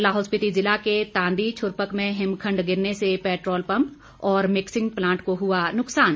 लाहौल स्पीति जिला के तांदी छरपक में हिमखंड गिरने से पैट्रोल पम्प और मिक्सिंग प्लांट को हुआ नुकसान